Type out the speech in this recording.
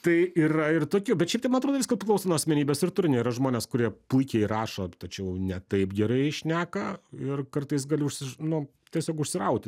tai yra ir tokių bet šiaip tai man atrodo viskas priklauso nuo asmenybės ir turinio yra žmonės kurie puikiai rašo tačiau ne taip gerai šneka ir kartais gali užsi nu tiesiog užsirauti